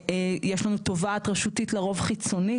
יש לנו תובעת רשותית, לרוב חיצונית.